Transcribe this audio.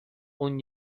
اون